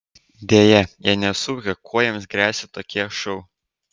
deja jie nesuvokia kuo jiems gresia tokie šou